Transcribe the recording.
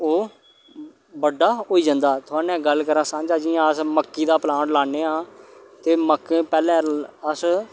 ओह् बड्डा होई जंदा थुआढ़े नै गल्ल करां सांझा जि'यां अस मक्की दा प्लांट लानै आं ते मक्क पैह्लें अस